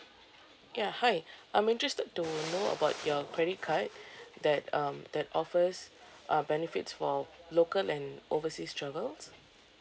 ya hi I'm interested to know about your credit card that um that offers uh benefits for local and overseas travels